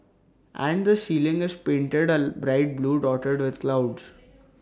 and the ceiling is painted A black blue dotted with clouds